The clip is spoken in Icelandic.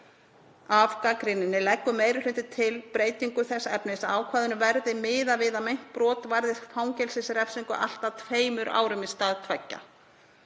af gagnrýninni leggur meiri hlutinn til breytingu þess efnis að í ákvæðinu verði miðað við að meint brot varði fangelsisrefsingu allt að sex árum í stað tveggja.